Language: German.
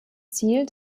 ziel